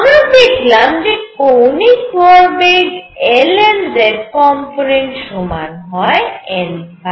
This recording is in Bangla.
আমরা দেখলাম যে কৌণিক ভরবেগ L এর z কম্পোনেন্ট সমান হয় n